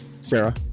Sarah